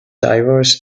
diverse